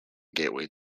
gateway